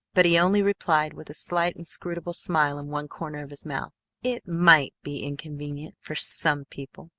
but he only replied with a slight inscrutable smile in one corner of his mouth it might be inconvenient for some people.